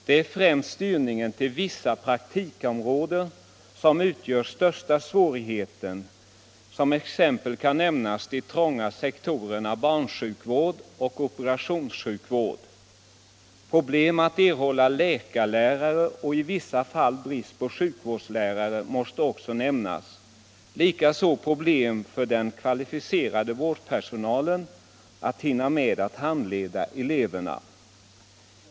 Det är styrningen till vissa praktikområden som utgör största svårigheten. Som exempel kan nämnas de trånga sektorerna barnsjukvård och operationssjukvård. Problem att erhålla läkar-lärare och i vissa fall brist på sjukvårdslärare måste också nämnas, likaså problem för den kvalificerade vårdpersonalen att hinna med att handleda eleverna.